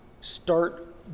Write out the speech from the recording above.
start